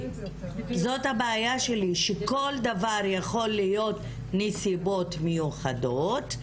שכל דבר יכול להיות "נסיבות מיוחדות",